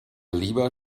lieber